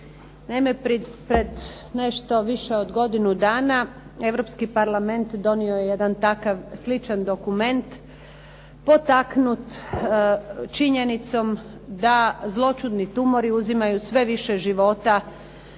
Naime, pred nešto više od godinu dana europski Parlament donio je jedan takav sličan dokument potaknut činjenicom da zloćudni tumori uzimaju sve više života